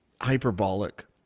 hyperbolic